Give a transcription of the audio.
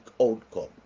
outcome